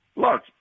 Look